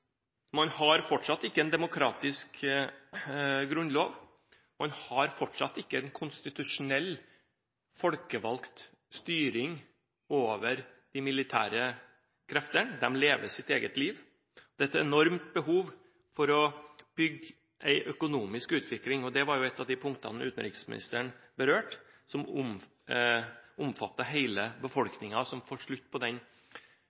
Man har fortsatt ikke en demokratisk grunnlov, og man har fortsatt ikke konstitusjonell, folkevalgt styring over de militære kreftene. De lever sitt eget liv. Det er et enormt behov for å bygge en økonomisk utvikling. Det var ett av punktene utenriksministeren berørte, som omfatter hele befolkningen – å få slutt på den